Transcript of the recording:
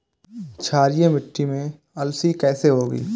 क्षारीय मिट्टी में अलसी कैसे होगी?